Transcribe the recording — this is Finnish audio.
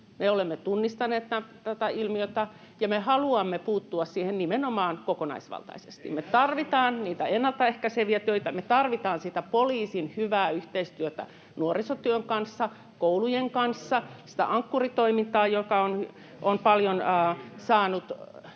olemme tunnistaneet tätä ilmiötä, ja me haluamme puuttua siihen nimenomaan kokonaisvaltaisesti. [Ben Zyskowicz: Ei näy selonteossa!] Me tarvitaan niitä ennaltaehkäiseviä töitä, me tarvitaan sitä poliisin hyvää yhteistyötä nuorisotyön kanssa, koulujen kanssa, sitä Ankkuri-toimintaa, joka on paljon saanut